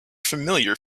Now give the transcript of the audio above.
familiar